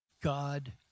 God